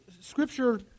Scripture